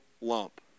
lump